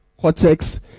cortex